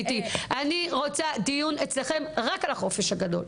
אני רוצה שיהיה דיון אצלכם רק על החופש הגדול.